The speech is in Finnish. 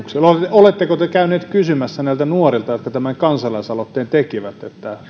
oletteko te käyneet kysymässä näiltä nuorilta jotka tämän kansalaisaloitteen tekivät